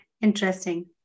Interesting